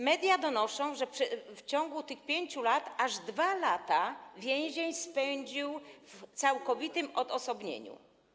Media donoszą, że w ciągu tych 5 lat aż 2 lata więzień spędził w całkowitym odosobnieniu.